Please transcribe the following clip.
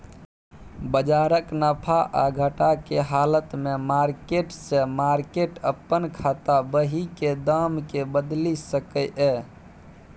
बजारक नफा आ घटा के हालत में मार्केट से मार्केट अपन खाता बही के दाम के बदलि सकैए